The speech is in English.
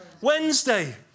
Wednesday